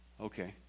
okay